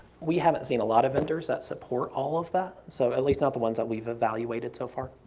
we haven't seen a lot of vendors that support all of that, so at least not the ones that we've evaluated so far.